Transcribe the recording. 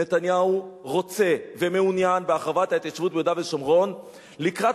נתניהו רוצה ומעוניין בהרחבת ההתיישבות ביהודה ושומרון לקראת,